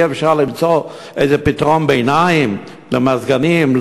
אי-אפשר למצוא איזה פתרון ביניים למזגנים?